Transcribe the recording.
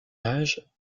âge